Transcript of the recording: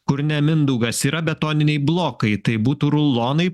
kur ne mindaugas yra betoniniai blokai tai būtų rulonai